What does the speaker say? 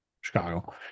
Chicago